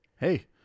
Hey